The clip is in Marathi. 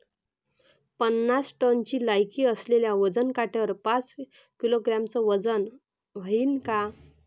पन्नास टनची लायकी असलेल्या वजन काट्यावर पाच किलोग्रॅमचं वजन व्हईन का?